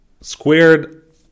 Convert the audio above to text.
Squared